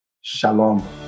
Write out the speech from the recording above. Shalom